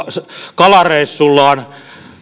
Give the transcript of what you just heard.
kalareissullaan